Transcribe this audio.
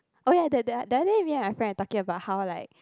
oh ya that that the other day me and my friend were talking about how like